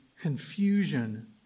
confusion